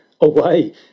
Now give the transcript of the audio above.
away